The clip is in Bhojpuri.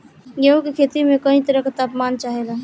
गेहू की खेती में कयी तरह के ताप मान चाहे ला